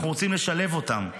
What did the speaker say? אנחנו רוצים לשלב אותם.